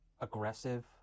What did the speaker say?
aggressive